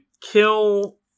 kill